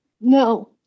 no